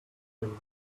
him